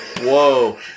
Whoa